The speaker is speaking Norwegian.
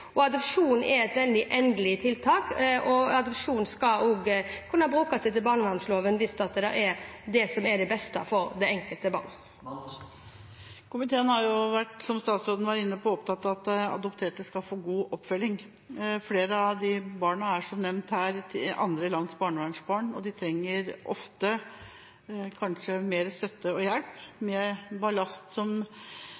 oppfølging. Adopsjon er et endelig tiltak. Adopsjon skal også kunne skje etter barnevernloven – hvis det er det som er det beste for det enkelte barn. Komiteen har, som statsråden var inne på, vært opptatt av at adopterte skal få god oppfølging. Flere av disse barna er – som nevnt her – andre lands barnevernsbarn. De trenger ofte mer støtte og hjelp